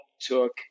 took